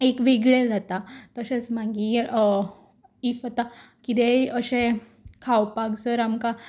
एक वेगळें जाता तशेंच मागीर इफ आतां कितेंय अशें खावपाक जर आमकां